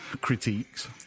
critiques